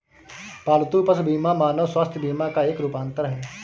पालतू पशु बीमा मानव स्वास्थ्य बीमा का एक रूपांतर है